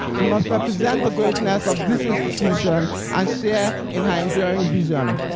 we must represent the greatness of this institution, and share in her enduring vision.